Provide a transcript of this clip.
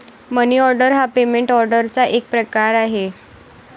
मनी order हा payment ऑर्डरचा एक प्रकार आहे